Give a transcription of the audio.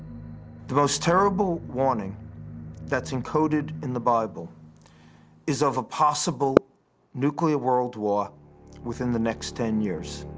the most terrible warning that's encoded in the bible is of a possible nuclear world war within the next ten years.